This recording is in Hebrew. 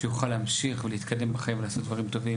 יוכל להמשיך ולהתקדם בחיים ולעשות דברים טובים.